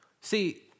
See